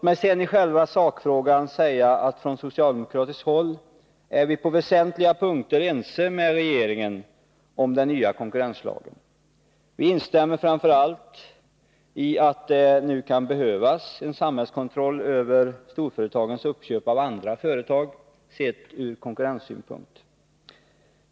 I själva sakfrågan är vi socialdemokrater ense med regeringen om den nya konkurrenslagen. Vi instämmer framför allt i att det nu kan behövas en samhällskontroll över storföretagens uppköp av andra företag sett ur konkurrenssynpunkt.